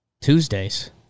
Tuesdays